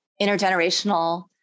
intergenerational